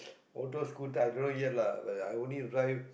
auto scooter i don't know yet lah but I only drive